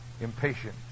impatient